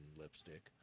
lipstick